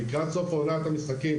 לקראת סוף עונת המשחקים,